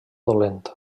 dolent